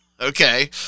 Okay